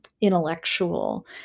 intellectual